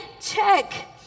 Check